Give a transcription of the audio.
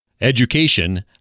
Education